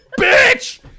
bitch